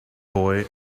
boy